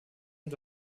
mit